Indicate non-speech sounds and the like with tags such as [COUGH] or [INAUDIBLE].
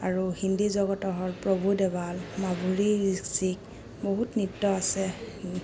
আৰু হিন্দী জগত হ'ল প্ৰভু দেৱাল মাধুৰী [UNINTELLIGIBLE] বহুত নৃত্য আছে